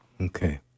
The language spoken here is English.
Okay